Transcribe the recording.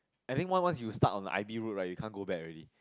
I think once once you start on the I_B route right you can't go back already